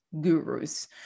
gurus